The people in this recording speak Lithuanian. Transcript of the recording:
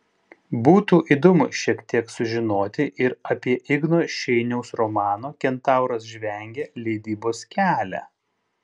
būtų įdomu šiek tiek sužinoti ir apie igno šeiniaus romano kentauras žvengia leidybos kelią